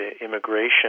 immigration